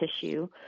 tissue